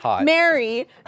Mary